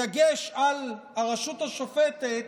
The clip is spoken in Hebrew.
בדגש על הרשות השופטת,